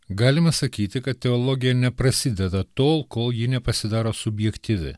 galima sakyti kad teologija neprasideda tol kol ji nepasidaro subjektyvi